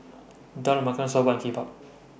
Dal Makhani Soba and Kimbap